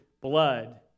blood